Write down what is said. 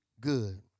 good